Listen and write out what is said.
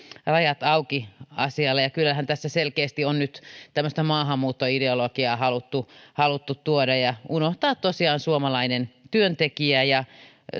rajat auki asialle ja kyllähän tässä selkeästi on nyt tämmöistä maahanmuuttoideologiaa haluttu haluttu tuoda ja unohtaa tosiaan suomalainen työntekijä ja